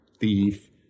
thief